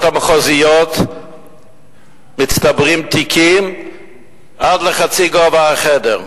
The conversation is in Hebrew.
המחוזיות מצטברים תיקים עד לחצי גובה החדר,